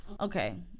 Okay